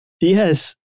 yes